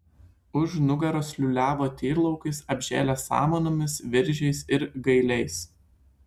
už nugaros liūliavo tyrlaukis apžėlęs samanomis viržiais ir gailiais